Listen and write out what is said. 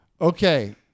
Okay